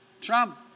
Trump